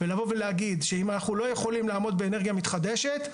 לבוא ולהגיד שאם אנחנו לא יכולים לעמוד באנרגיה מתחדשת,